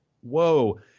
whoa